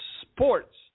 sports